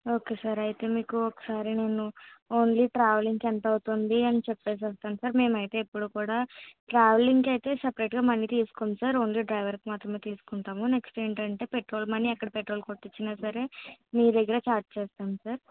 okay sir అయితే మీకు ఒకసారి నేను ఓన్లీ ట్రావల్లింగు కి ఎంత అవుతుంది అని చెప్పేసేస్తాను సార్ మేమైతే ఎప్పుడు కూడా ట్రావల్లింగు కి అయితే సెపరేటు గా మనీ తీసుకోము సార్ ఓన్లీ డ్రైవరు కి మాత్రమే తీసుకుంటాము నెక్స్టు ఏంటంటే పెట్రోలు మనీ ఎక్కడ పెట్రోలు కొట్టించిన సరే మీ దగ్గరే చార్జ్ చేస్తాము సార్